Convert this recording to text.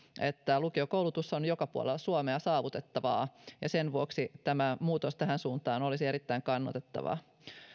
että lukiokoulutus on joka puolella suomea saavutettavaa ja sen vuoksi tämä muutos tähän suuntaan olisi erittäin kannatettavaa